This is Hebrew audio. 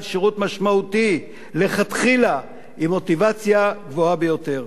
שירות משמעותי לכתחילה עם מוטיבציה גבוהה ביותר.